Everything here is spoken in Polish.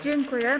Dziękuję.